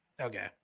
okay